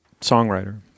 songwriter